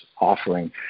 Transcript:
offering